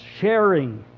Sharing